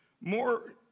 more